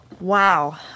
Wow